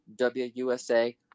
WUSA